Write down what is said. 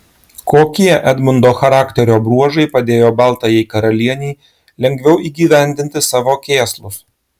kokie edmundo charakterio bruožai padėjo baltajai karalienei lengviau įgyvendinti savo kėslus